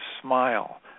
smile